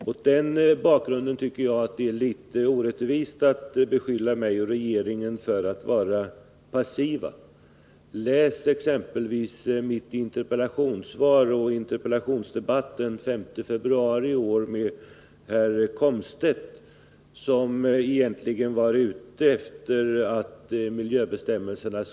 Mot denna bakgrund är det litet orättvist att beskylla mig och regeringen för att vara passiva. Läs exempelvis mitt interpellationssvar och protokollet från interpellationsdebatten med herr Komstedt den 5 februari! Han ville att man skulle lindra miljöbestämmelserna.